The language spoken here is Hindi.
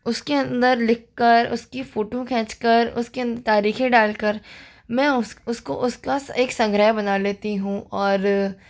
उसके अंदर लिख कर उसकी फ़ोटो खींच कर उसके तरीखें डाल कर मैं उसको उसका एक संग्रह बना लेती हूँ और